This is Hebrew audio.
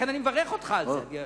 לכן, אני מברך אותך על זה.